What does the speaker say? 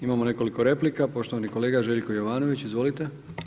Imamo nekoliko replika, poštovani kolega Željko Jovanović, izvolite.